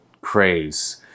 craze